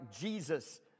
Jesus